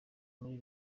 muri